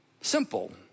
simple